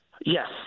Yes